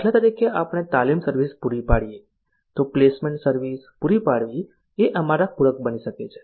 દાખલા તરીકે આપણે તાલીમ સર્વિસ પૂરી પાડીએ તો પ્લેસમેન્ટ સર્વિસ પૂરી પાડવી એ અમારા પૂરક બની શકે છે